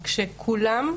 כולם,